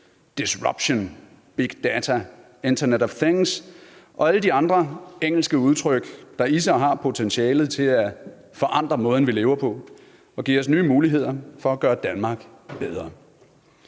disruption, big data, internet of things og alle de andre engelske udtryk, der i sig har potentialet til at forandre måden, vi lever på, og giver os nye muligheder for at gøre Danmark bedre.